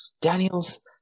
Daniels